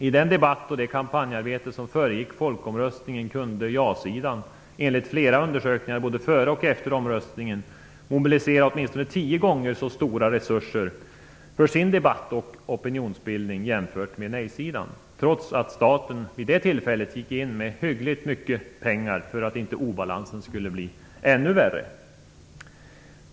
I den debatt och det kampanjarbete som föregick folkomröstningen kunde ja-sidan enligt flera undersökningar, både före och efter omröstningen, mobilisera åtminstone tio gånger så stora resurser för sin debatt och opinionsbildning, jämfört med nejsidan, trots att staten vid det tillfället gick in med hyggligt med pengar för att inte obalansen skulle bli ännu värre.